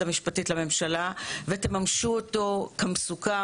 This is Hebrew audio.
המשפטית לממשלה ותממשו אותו כמסוכם,